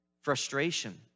Frustration